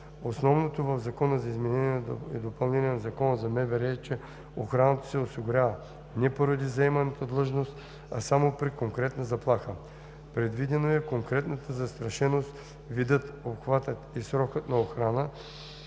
Основното в Закона за изменение и допълнение на Закона за МВР е, че охраната се осигурява не поради заеманата длъжност, а само при конкретна заплаха. Предвидено е конкретната застрашеност, видът, обхватът и срокът на охрана